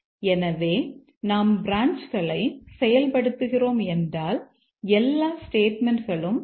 எனவே நாம் பிரான்ச்களை செயல்படுத்துகிறோம் என்றால் எல்லா ஸ்டேட்மெண்ட்களும் செயல்படுத்த பட்டிருக்க வேண்டும்